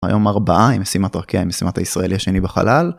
היום ארבעה עם משימת אורקיה עם משימת הישראלי השני בחלל.